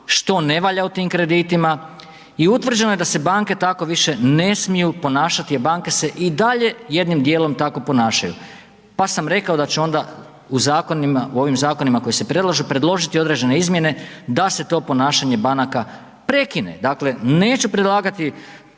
što ne valja u tim kreditima i utvrđeno je da se banke tako više ne smiju ponašati, a banke se i dalje jednim dijelom tako ponašaju. Pa sam rekao da ću onda u zakonima, u ovim zakonima koji se predlažu predložiti određene izmjene da se to ponašanje banaka prekine. Dakle, neću predlagati